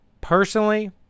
Personally